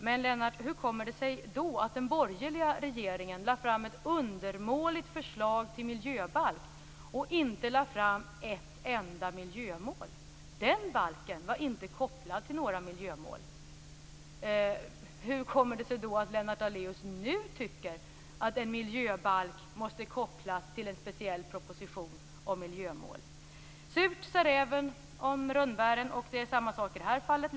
Men hur kommer det sig då att den borgerliga regeringen lade fram ett undermåligt förslag till miljöbalk och inte ställde upp ett enda miljömål? Den balken var inte kopplad till några miljömål. Hur kommer det sig att Lennart Daléus nu tycker att en miljöbalk måste kopplas till en speciell proposition om miljömål? Surt, sa räven om rönnbären, och det är samma sak i det här fallet.